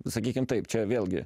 sakykim taip čia vėlgi